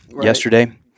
yesterday